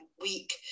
week